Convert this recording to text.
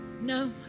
No